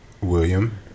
...William